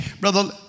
Brother